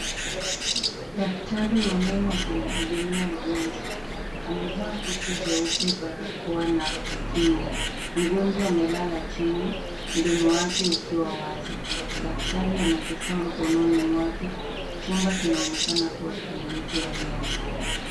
Daktari wa meno akimhudumia mgonjwa ,amevaa koti jeupe, barakoa na kinga . Mgonjwa amelala chini mdomo wake ukiwa wazi. Daktari ana kifaa mkononi mwake. Chumba kinaonekana kuwa kliniki ya meno.